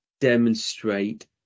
demonstrate